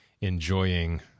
enjoying